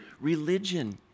religion